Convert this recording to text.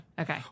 Okay